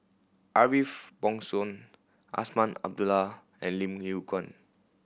Ariff Bongso Azman Abdullah and Lim Yew Kuan